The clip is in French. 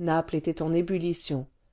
naples était en ébullition